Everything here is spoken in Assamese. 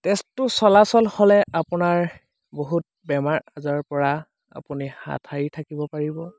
তেজটো চলাচল হ'লে আপোনাৰ বহুত বেমাৰ আজাৰ পৰা আপুনি হাত সাৰি থাকিব পাৰিব